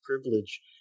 privilege